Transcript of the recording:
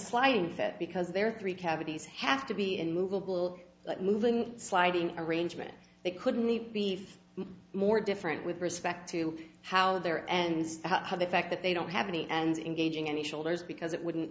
sliding fit because there are three cavities have to be in moveable but moving sliding arrangement they couldn't be more different with respect to how their ends how the fact that they don't have any and engaging any shoulders because it wouldn't